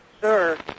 Sir